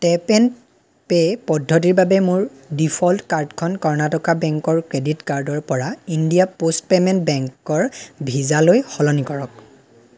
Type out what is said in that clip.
tap and pay পদ্ধতিৰ বাবে মোৰ ডিফল্ট কাৰ্ডখন কৰ্ণাটকা বেংকৰ ক্ৰেডিট কাৰ্ডৰ পৰা ইণ্ডিয়া পোষ্ট পে'মেণ্ট বেংকৰ ভিছালৈ সলনি কৰক